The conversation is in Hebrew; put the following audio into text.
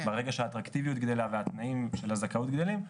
ברגע שהאטרקטיביות גדלה והתנאים של הזכאות גדלים,